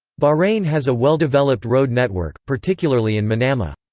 bahrain has a well-developed road network, particularly in manama.